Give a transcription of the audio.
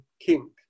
king